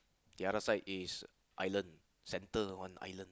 the other side is island centre one island